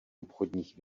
obchodních